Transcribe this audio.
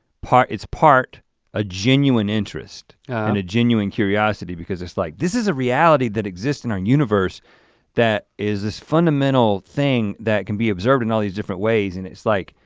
it's part a genuine interest and a genuine curiosity because it's like this is a reality that exists in our universe that is this fundamental thing that can be observed in all these different ways and it's like,